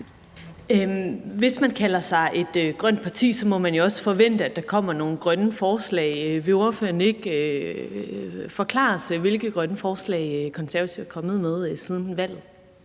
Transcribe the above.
Hvis man kalder sig et grønt parti, må vi jo også forvente, at der kommer nogle grønne forslag. Vil ordføreren ikke forklare os, hvilke grønne forslag Konservative er kommet med siden valget?